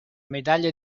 medaglia